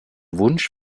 wunsch